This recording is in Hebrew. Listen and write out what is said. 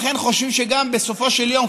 אכן חושבים שבסופו של יום,